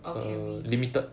or can we